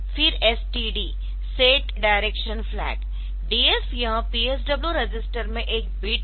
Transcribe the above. फिर STD set direction flag DF यह PSW register में एक बिट है